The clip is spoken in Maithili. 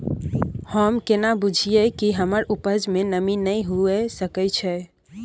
हम केना बुझीये कि हमर उपज में नमी नय हुए सके छै?